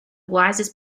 wisest